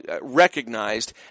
recognized